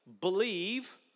believe